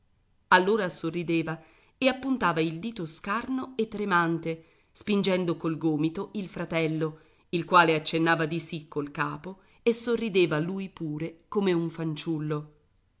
allora sorrideva e appuntava il dito scarno e tremante spingendo col gomito il fratello il quale accennava di sì col capo e sorrideva lui pure come un fanciullo